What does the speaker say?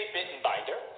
Bittenbinder